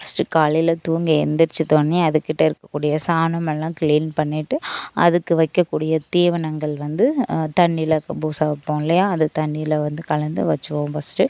first காலையில் தூங்கி எழுந்திரிச்சதோனயே அதுகிட்ட இருக்கக்கூடிய சாணம் எல்லாம் கிளீன் பண்ணிட்டு அதுக்கு வைக்கக்கூடிய தீவனங்கள் வந்து தண்ணீயில் புதுசாக வைப்போம் இல்லையா அது தண்ணீயில் வந்து கலந்து வச்சுடுவோம் ஃபர்ஸ்ட்டு